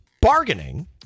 bargaining